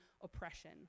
oppression